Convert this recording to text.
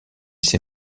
ses